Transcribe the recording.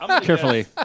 carefully